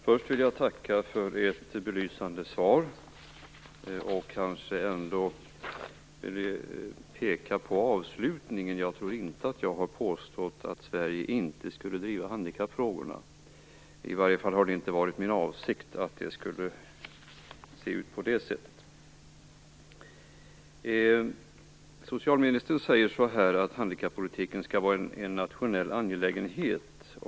Fru talman! Jag tackar för ett belysande svar, men jag vill ändå peka på avslutningen. Jag tror inte att jag har påstått att Sverige inte skulle driva handikappfrågorna. I varje fall har det inte varit min avsikt att påstå något sådant. Socialministern säger att handikappolitiken skall vara en nationell angelägenhet.